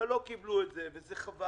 אבל לא קיבלו את זה, וזה חבל.